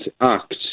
act